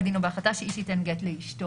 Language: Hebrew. דין או בהחלטה שאיש יתן גט לאישתו,